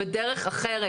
בדרך אחרת,